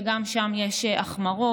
וגם שם יש החמרה,